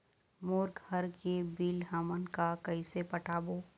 मोर घर के बिल हमन का कइसे पटाबो?